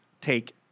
take